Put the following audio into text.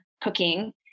cooking